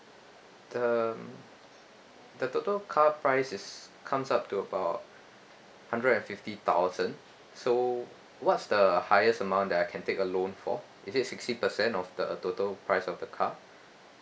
the the total car price is comes up to about hundred and fifty thousand so what's the highest amount that I can take a loan for is it sixty percent of the total price of the car